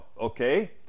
Okay